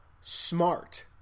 smart